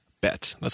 bet